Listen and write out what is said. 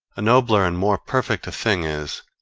nobler and more perfect a thing is,